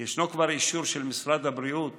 יש כבר אישור של משרד הבריאות